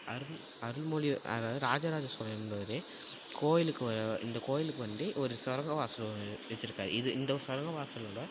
அருண் அருண்மொழி அதாவது ராஜராஜ சோழன் என்பவர் கோயிலுக்கு இந்த கோயிலுக்கு வந்து ஒரு சுரங்க வாசல் ஒன்று வைச்சிருக்காரு இது இந்த சுரங்க வாசலோடய